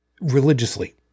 religiously